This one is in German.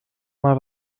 mal